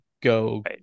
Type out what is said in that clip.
go